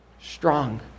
strong